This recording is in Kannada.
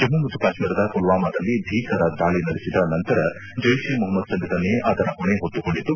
ಜಮ್ಮು ಮತ್ತು ಕಾಶ್ಚೀರದ ಪುಲ್ವಾಮಾದಲ್ಲಿ ಭೀಕರ ದಾಳಿ ನಡೆಸಿದ ನಂತರ ಜೈಷ್ ಎ ಮೊಹಮ್ಮದ್ ಸಂಘಟನೆ ಅದರ ಹೊಣೆ ಹೊತ್ತುಕೊಂಡಿತ್ತು